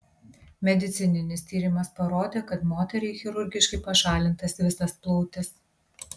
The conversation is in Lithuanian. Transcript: medicininis tyrimas parodė kad moteriai chirurgiškai pašalintas visas plautis